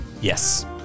Yes